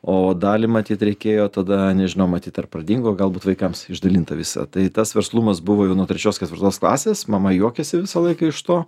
o dalį matyt reikėjo tada nežinau matyt ar pradingo galbūt vaikams išdalinta visa tai tas verslumas buvo jau nuo trečios ketvirtos klasės mama juokėsi visą laiką iš to